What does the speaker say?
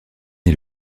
est